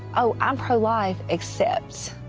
oh, i'm pro-life except.